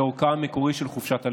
כאורכה המקורי של חופשת הלידה.